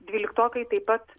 dvyliktokai taip pat